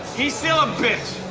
he's still a bitch.